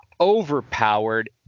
overpowered